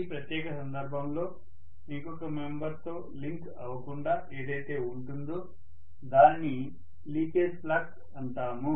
ఈ ప్రత్యేక సందర్భంలో ఇంకొక మెంబెర్ తో లింక్ అవకుండా ఏదైతే ఉంటుందో దానిని లీకేజీ ఫ్లక్స్ అంటాము